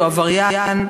הוא עבריין,